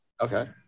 Okay